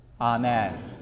Amen